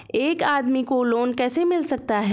एक आदमी को लोन कैसे मिल सकता है?